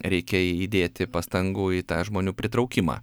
reikia įdėti pastangų į tą žmonių pritraukimą